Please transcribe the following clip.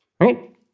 Right